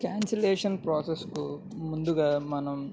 cancellation ప్రాసెస్కు ముందుగా మనం